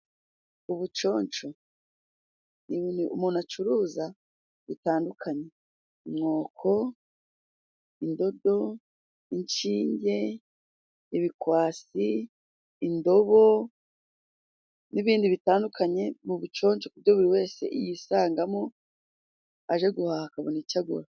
Ubuconco ni ibintu umuntu acuruza bitandukanye inkoko, indodo, inshinge ,ibikwasi ,indobo n'ibindi bitandukanye, ni mu buconco Ku buryo buri wese yisangamo aje guhaha akabona icyo agura.